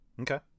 Okay